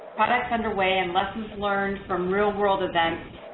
products underway, and lessons learned from real world events.